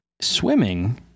Swimming